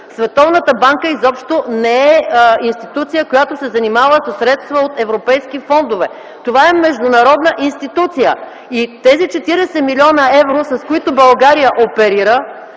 Световната банка изобщо не е институция, която се занимава със средства от европейските фондове. Това е международна институция и тези 40 млн. евро, с които България оперира,